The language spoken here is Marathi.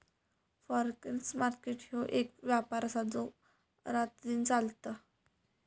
फॉरेक्स मार्केट ह्यो एक व्यापार आसा जो रातदिन चलता